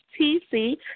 TC